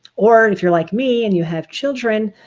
or if you're like me and you have children,